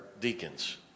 deacons